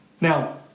Now